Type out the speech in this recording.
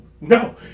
No